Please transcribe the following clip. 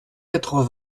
quatre